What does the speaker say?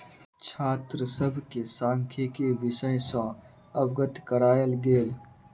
छात्र सभ के सांख्यिकी विषय सॅ अवगत करायल गेल